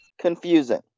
confusing